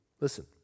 Listen